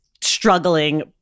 struggling